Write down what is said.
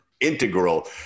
integral